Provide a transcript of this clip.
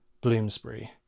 Bloomsbury